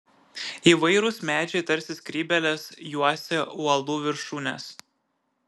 įvairūs medžiai tarsi skrybėlės juosė uolų viršūnes